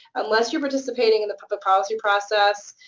unless you're participating in the public policy process,